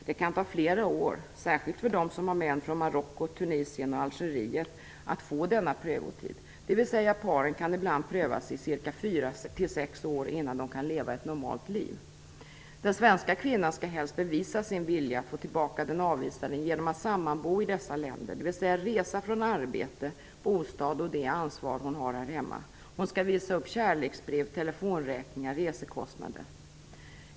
Det kan ta flera år, särskilt för dem som har män från Marocko, Tunisien och Algeriet att få denna prövotid. Paren kan ibland prövas i 4-6 år innan de kan leva ett normalt liv. Den svenska kvinnan skall helst bevisa sin vilja att få tillbaka den avvisade genom att sammanbo i dessa länder, dvs. resa från arbete, bostad och det ansvar hon har här hemma. Hon skall visa upp kärleksbrev, telefonräkningar och resekostnader.